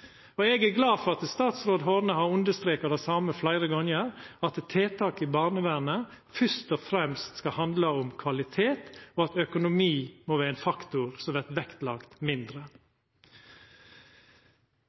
varetekne. Eg er glad for at statsråd Horne har understreka det same mange gonger: at tiltak i barnevernet først og fremst skal handla om kvalitet, og at økonomi må vera ein faktor som vert mindre vektlagt.